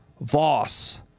Voss